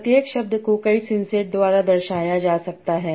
प्रत्येक शब्द को कई सिंसेट द्वारा दर्शाया जा सकता है